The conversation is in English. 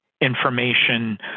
information